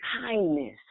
kindness